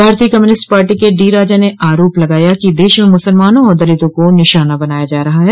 भारतीय communist party के D Raja ने आरोप लगाया कि देश में मुसलमानों और दलितों को निशाना बनाया जा रहा है